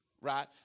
right